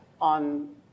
on